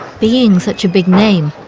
being such a big name,